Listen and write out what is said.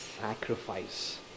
sacrifice